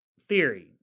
theory